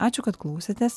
ačiū kad klausėtės